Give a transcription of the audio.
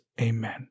Amen